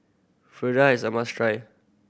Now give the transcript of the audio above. is a must try